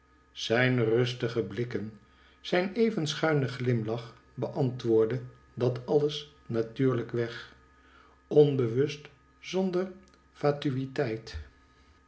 zijn rustige blikken zijn even schuine glimlach beantwoordde dat alles natuurlijk weg onbewust zonder